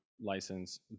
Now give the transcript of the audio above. license